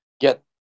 get